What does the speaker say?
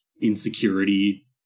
insecurity